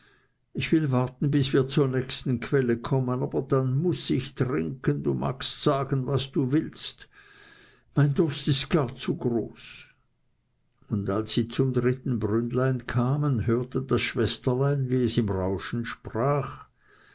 ich will warten bis wir zur nächsten quelle kommen aber dann muß ich trinken du magst sagen was du willst mein durst ist gar zu groß und als sie zum dritten brünnlein kamen hörte das schwesterlein wie es im rauschen sprach